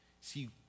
See